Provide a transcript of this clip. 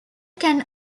can